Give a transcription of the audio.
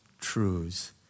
truths